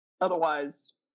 otherwise